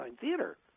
Theater